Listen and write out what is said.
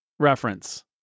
reference